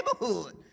neighborhood